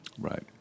Right